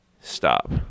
stop